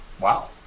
wow